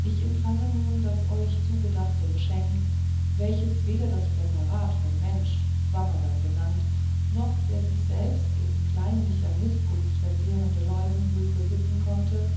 ich empfange nun das euch zugedachte geschenk welches weder das präparat von menschen swammerdamm genannt noch der sich selbst in kleinlicher mißgunst verzehrende leuwenhoek besitzen konnte